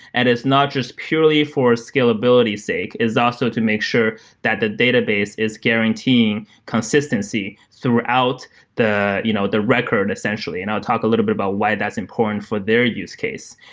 it is not just purely for scalability sake. it's also to make sure that the database is guaranteeing consistency throughout the you know the record essentially, and i'll talk a little bit about why that's important for their use case.